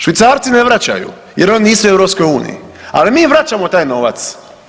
Švicarci ne vraćaju jer oni nisu u EU, ali mi vraćamo taj novac.